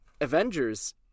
Avengers